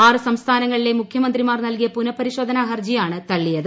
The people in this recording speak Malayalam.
ആറ് സംസ്ഥാനങ്ങളിലെ മുഖ്യമന്ത്രിമാർ നൽകിയ പുനഃപരിശോധനാ ഹർജിയാണ് തള്ളിയത്